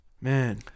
Man